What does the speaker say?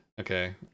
Okay